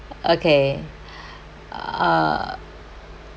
okay uh